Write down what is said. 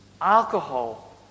Alcohol